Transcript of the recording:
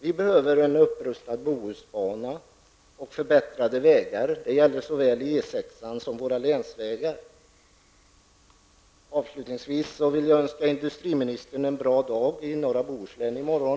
Vi behöver en upprustning av Bohusbanan och förbättrade vägar -- det gäller såväl E 6-an som våra länsvägar. Avslutningsvis vill jag önska industriministern en bra dag i norra Bohuslän i morgon.